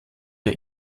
der